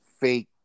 fake